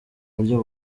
buryo